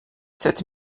sept